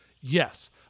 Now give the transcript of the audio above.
Yes